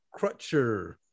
Crutcher